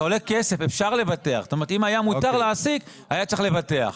אם היה מותר להעסיק היה אפשר לבטח,